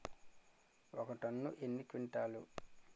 ఒక టన్ను ఎన్ని క్వింటాల్లు?